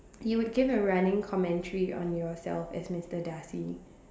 you would give a running commentary on yourself as Mister Darcy